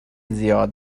زیاد